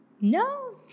no